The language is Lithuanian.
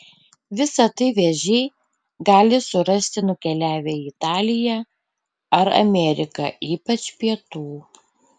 visa tai vėžiai gali surasti nukeliavę į italiją ar ameriką ypač pietų